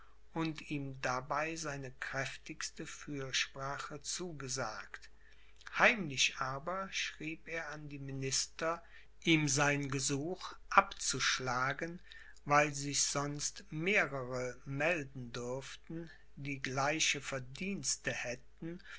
und ihm dabei seine kräftigste fürsprache zugesagt heimlich aber schrieb er an die minister ihm sein gesuch abzuschlagen weil sich sonst mehrere melden dürften die gleiche verdienste hätten